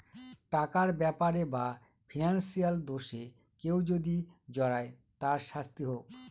টাকার ব্যাপারে বা ফিনান্সিয়াল দোষে কেউ যদি জড়ায় তার শাস্তি হোক